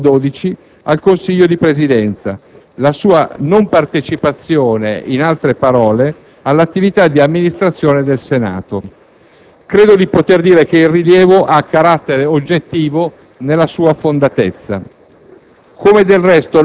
attraverso l'articolo 12, al Consiglio di Presidenza: la sua non partecipazione, in altre parole, all'attività di amministrazione del Senato. Credo di poter dire che il rilievo ha carattere oggettivo nella sua fondatezza.